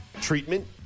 treatment